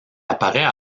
apparaît